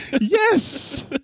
Yes